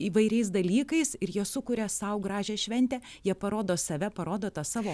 įvairiais dalykais ir jie sukuria sau gražią šventę jie parodo save parodo tą savo